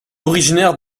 originaire